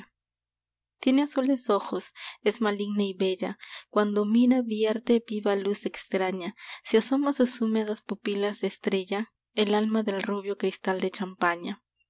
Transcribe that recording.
tiene azules ojos es maligna y bella cuando mira vierte viva luz extraña se asoma a sus húmedas pupilas de estrella el alma del rubio cristal de champaña